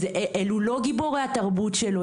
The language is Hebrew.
אלה לא גיבורי התרבות שלו.